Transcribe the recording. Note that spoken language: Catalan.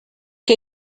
que